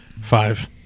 Five